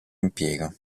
impiego